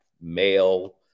male